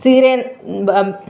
ಸೀರೆ ಬ